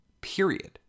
Period